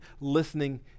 listening